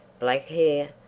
black hair,